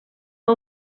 que